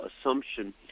assumption